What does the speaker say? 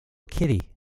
kitty